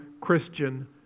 Christian